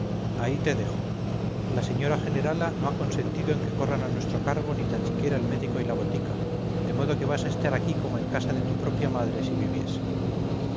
ahí te dejo la señora generala no ha consentido en que corran a nuestro cargo ni tan siquiera el médico y la botica de modo que vas a estar aquí como en casa de tu propia madre si viviese